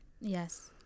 Yes